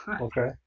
Okay